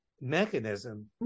mechanism